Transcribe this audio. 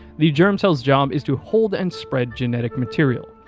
the germ cells' job is to hold and spread genetic material.